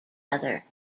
other